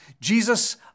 Jesus